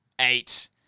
Eight